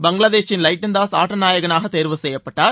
பங்களாதேஷின் லைட்டன்தாஸ் ஆட்ட நாயகனாக தேர்வு செய்யப்பட்டார்